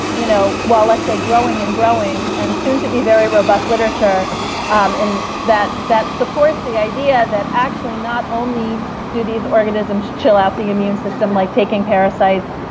you know let's say growing and growing, and soon to be very robust, literature um and that that supports the idea that actually not only do these organisms chill out the immune system like taking parasites,